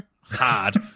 hard